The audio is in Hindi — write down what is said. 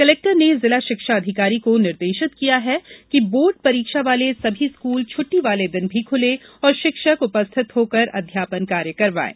कलेक्टर ने जिला षिक्षा अधिकारी को निर्देषित किया हैं बोर्ड परीक्षा वाले सभी स्कूल छुट्टी वाले दिन भी खुले और षिक्षक उपस्थित होकर अध्यापन कार्य करवाएं